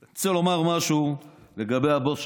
אני רוצה לומר משהו לגבי הבוס שלך.